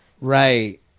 Right